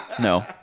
No